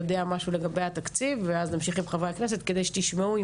יודע משהו לגבי התקציב ואז נמשיך עם חברי הכנסת כדי שתשמעו,